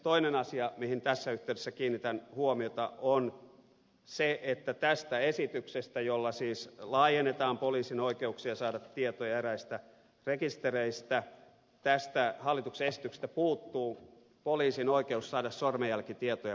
toinen asia mihin tässä yhteydessä kiinnitän huomiota on se että tästä hallituksen esityksestä jolla siis laajennetaan poliisin oikeuksia saada tietoja eräistä rekistereistä puuttuu poliisin oikeus saada sormenjälkitietoja passirekisteristä